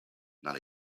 not